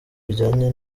bijyanye